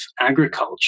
agriculture